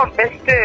best